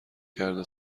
کرده